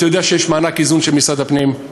אתה יודע שיש מענק איזון של משרד הפנים.